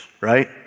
right